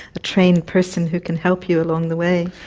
a trained person who can help you along the way.